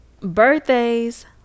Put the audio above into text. Birthdays